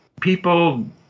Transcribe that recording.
people